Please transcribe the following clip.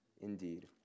indeed